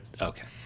Okay